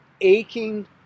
aching